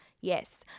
Yes